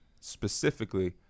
specifically